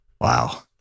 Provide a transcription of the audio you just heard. Wow